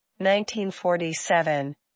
1947